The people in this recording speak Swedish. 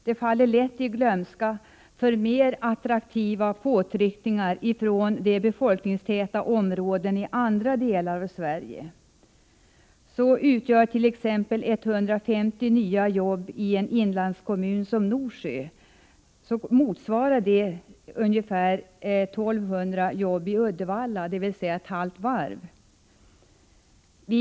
Det faller lätt i glömska för mer attraktiva påtryckningar från befolkningstäta områden i andra delar av Sverige. 150 nya jobb i en inlandskommun som Norsjö motsvarar t.ex. ungefär 1 200 jobb i Uddevalla, dvs. lika mycket som ett halvt skeppsvarv.